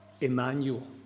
Emmanuel